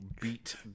beat